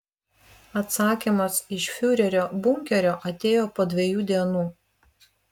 atsakymas iš fiurerio bunkerio atėjo po dviejų dienų